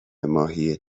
ماهی